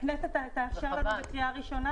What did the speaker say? הכנסת תאשר לנו את זה בקריאה ראשונה?